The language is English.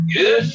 Good